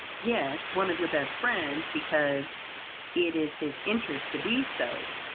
yes, one of your best friends because it is his interest to be so.